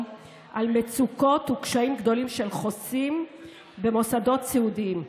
על מצוקות וקשיים גדולים של חוסים במוסדות סיעודיים.